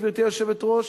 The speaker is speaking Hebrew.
גברתי היושבת-ראש,